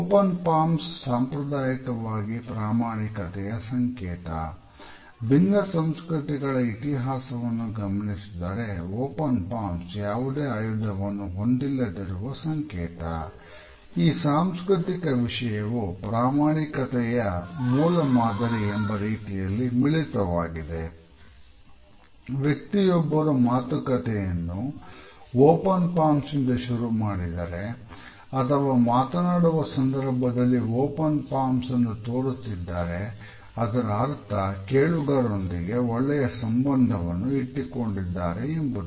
open palms ತೋರುತ್ತಿದ್ದಾರೆ ಅದರ ಅರ್ಥ ಕೇಳುಗರೊಂದಿಗೆ ಒಳ್ಳೆಯ ಸಂಬಂಧವನ್ನು ಇಟ್ಟುಕೊಂಡಿದ್ದಾರೆ ಎಂಬುದು